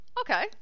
okay